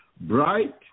Bright